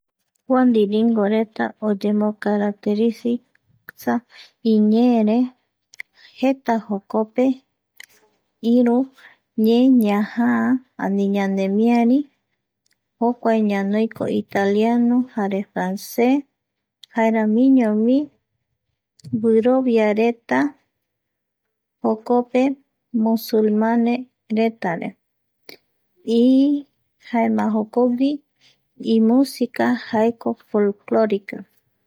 Kua ndiringoreta oyemo caracte rizareta iñeere jetako jokope iru ñee ñajaaani ñanemiari jokuae ñanoiko italiano jare francé jaeramiñovi guiroviareta jokope musulmaneretare, jaema ijokogui imúsica jaeko folklorica